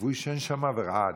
והוא עישן שם ורעד.